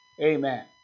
Amen